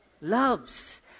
loves